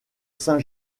saint